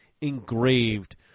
engraved